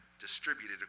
distributed